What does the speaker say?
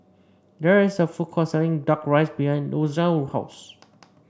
there is a food court selling duck rice behind Ozell's house